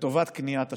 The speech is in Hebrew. לטובת קניית השקט.